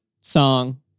song